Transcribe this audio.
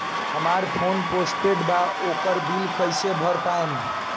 हमार phone postpaid बा ओकर बिल कईसे भर पाएम?